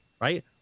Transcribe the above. Right